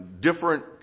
different